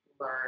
learn